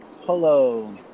Hello